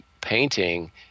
painting